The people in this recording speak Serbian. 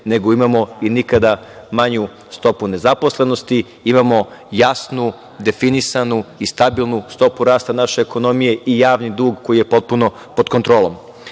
nego imamo i nikada manju stopu nezaposlenosti, imamo jasnu, definisanu i stabilnu stopu rasta naše ekonomije i javni dug koji je potpuno pod kontrolom. Par